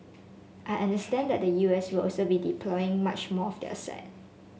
I understand that the U S will also be deploying much more of their assets